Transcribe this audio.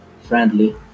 Friendly